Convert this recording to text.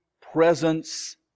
presence